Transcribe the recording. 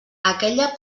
aquella